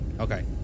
Okay